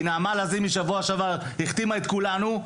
כי נעמה לזימי שבוע שעבר החתימה את כולנו.